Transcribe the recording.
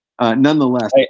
nonetheless